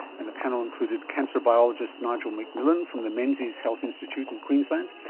and the panel included cancer biologist nigel mcmillan from the menzies health institute in queensland,